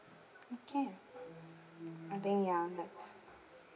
okay I think ya that's